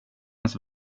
ens